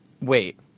Wait